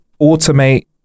automate